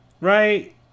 right